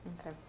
okay